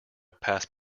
passed